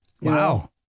Wow